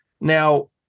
Now